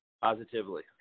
positively